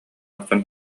охсон